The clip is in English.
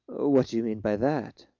what do you mean by that?